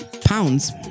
Pounds